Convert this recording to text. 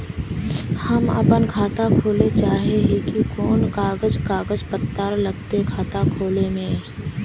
हम अपन खाता खोले चाहे ही कोन कागज कागज पत्तार लगते खाता खोले में?